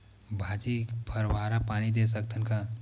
भाजी फवारा पानी दे सकथन का?